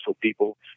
people